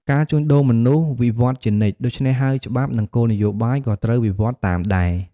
ការជួញដូរមនុស្សវិវត្តន៍ជានិច្ច ដូច្នេះហើយច្បាប់ និងគោលនយោបាយក៏ត្រូវវិវត្តន៍តាមដែរ។